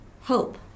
hope